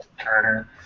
Turner